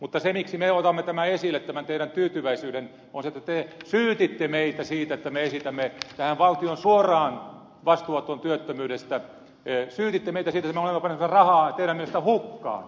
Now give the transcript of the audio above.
mutta se miksi me otamme esille tämän teidän tyytyväisyytenne on se että te syytitte meitä siitä että me esitämme tätä valtion suoraa vastuunottoa työttömyydestä syytitte meitä siitä että me olemme panemassa rahaa teidän mielestänne hukkaan